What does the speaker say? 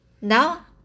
now